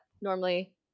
normally